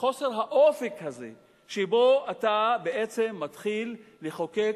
האופק הזה שבו אתה בעצם מתחיל לחוקק